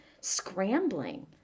scrambling